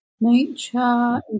Nature